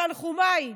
תנחומיי,